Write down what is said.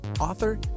author